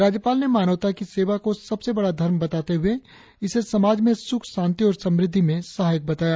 राज्यपाल ने मानवता की सेवा को सबसे बड़ा धर्म बताते हुए इसे समाज में सुख शांति और समृद्धि में सहायक बताया